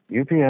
UPS